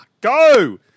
Go